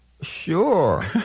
Sure